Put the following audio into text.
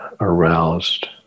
aroused